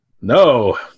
No